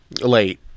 Late